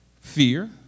Fear